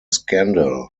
scandal